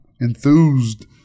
enthused